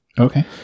okay